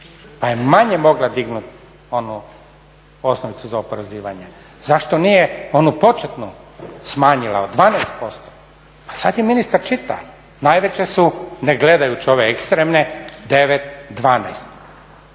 pa je manje mogla dignuti onu osnovicu za oporezivanje? Zašto nije onu početnu nije smanjila od 12%? Pa sad je ministar čitao, najveće su ne gledajući ove ekstremne 9, 12.